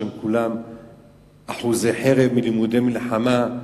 שכולם אחוזי חרב מלומדי מלחמה,